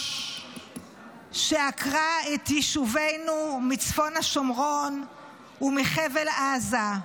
שעקרה את יישובינו מצפון השומרון ומחבל עזה.